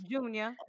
Junior